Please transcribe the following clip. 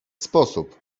sposób